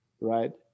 right